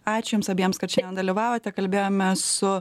ačiū jums abiems kad šiandien dalyvavote kalbėjome su